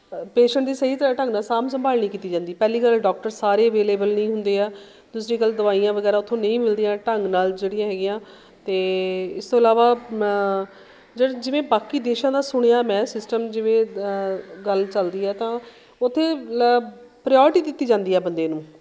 patient ਦੀ ਸਹੀ ਤਰ੍ਹਾਂ ਢੰਗ ਨਾਲ ਸਾਂਭ ਸੰਭਾਲ ਨਹੀਂ ਕੀਤੀ ਜਾਂਦੀ ਪਹਿਲੀ ਗੱਲ ਡੋਕਟਰ ਸਾਰੇ ਅਵੇਲੇਬਲ ਨਹੀਂ ਹੁੰਦੇ ਆ ਦੂਸਰੀ ਗੱਲ ਦਵਾਈਆਂ ਵਗੈਰਾ ਉੱਥੋਂ ਨਹੀਂ ਮਿਲਦੀਆਂ ਢੰਗ ਨਾਲ ਜਿਹੜੀਆਂ ਹੈਗੀਆਂ ਅਤੇ ਇਸ ਤੋਂ ਇਲਾਵਾ ਮ ਜਰ ਜਿਵੇਂ ਬਾਕੀ ਦੇਸ਼ਾਂ ਦਾ ਸੁਣਿਆ ਮੈਂ ਸਿਸਟਮ ਜਿਵੇਂ ਗੱਲ ਚੱਲਦੀ ਹੈ ਤਾਂ ਉੱਥੇ ਲ ਪ੍ਰਿਓਰਟੀ ਦਿੱਤੀ ਜਾਂਦੀ ਆ ਬੰਦੇ ਨੂੰ